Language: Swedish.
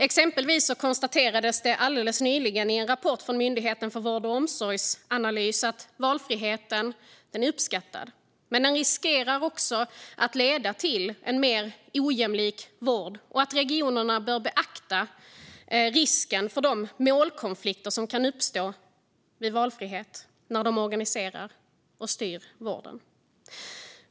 Exempelvis konstaterades det alldeles nyligen i en rapport från Myndigheten för vård och omsorgsanalys att valfriheten är uppskattad men också riskerar att leda till en mer ojämlik vård. Enligt rapporten bör regionerna beakta risken för de målkonflikter som kan uppstå vid valfrihet när de organiserar och styr vården.